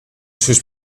sus